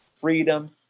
freedom